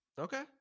Okay